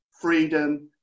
freedom